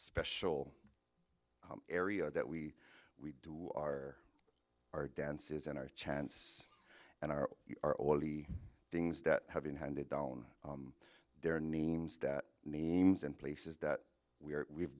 special area that we we do our our dances and our chants and our are all the things that have been handed down their names that means in places that we are we've